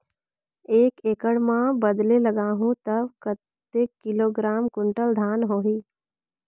एक एकड़ मां बदले लगाहु ता कतेक किलोग्राम कुंटल धान होही?